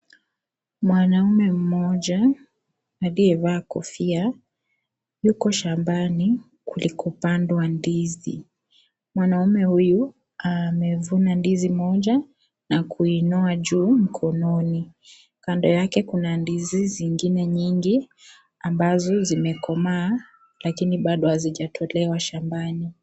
Mwanaume mmoja aliyevaa kofia yuko shambani kulikopandwa ndizi. Mwanaume huyu amevuna ndizi moja na kuiinua juu mkononi , kando yake kuna ndizi zingine nyingi ambazo zimekomaa lakini bado hazijatolewa shambani.